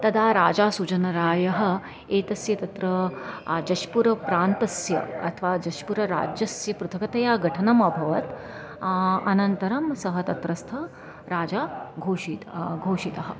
तदा राजा सुजनरायः एतस्य तत्र जष्पुरप्रान्तस्य अथवा जष्पुरराज्यस्य पृथकतया गठनम् अभवत् अनन्तरं सः तत्रस्थ राजा घोषितः घोषितः